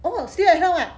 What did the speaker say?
oh still at home ah